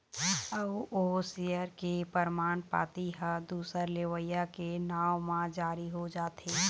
अउ ओ सेयर के परमान पाती ह दूसर लेवइया के नांव म जारी हो जाथे